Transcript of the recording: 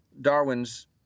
Darwin's